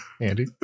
Andy